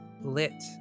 Lit